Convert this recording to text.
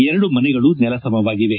ಎರಡು ಮನೆಗಳು ನೆಲಸಮವಾಗಿವೆ